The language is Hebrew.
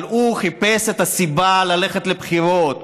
אבל הוא חיפש את הסיבה ללכת לבחירות,